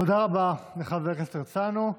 תודה רבה לחבר הכנסת הרצנו.